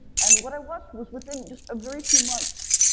and what i watched was within just a very few months,